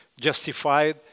justified